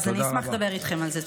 אני אשמח לדבר איתכם על זה.